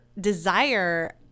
desire